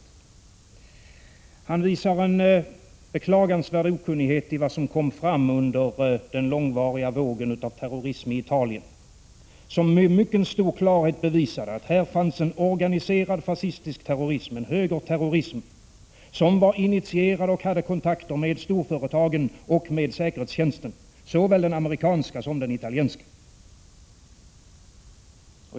Nic Grönvall visar en beklagansvärd okunnighet i vad som kom fram under den våg av terrorism i Italien som med mycket stor klarhet bevisade att det där fanns en organiserad fascistisk terrorism, som var initierad av och hade kontakter med storföretagen och med säkerhetstjänsten, såväl den amerikanska som den italienska.